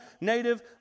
native